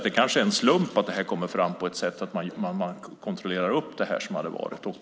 Det kanske är en slump att det här kommer fram och att man kontrollerar det som har hänt.